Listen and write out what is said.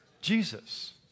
Jesus